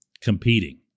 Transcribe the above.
competing